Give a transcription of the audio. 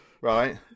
Right